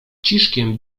ciszkiem